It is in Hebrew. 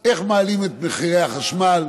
איך מעלים את מחירי החשמל,